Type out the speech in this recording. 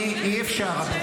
לא החרבנו ונחריב?